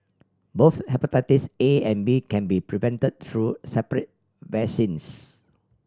both hepatitis A and B can be prevent through separate vaccines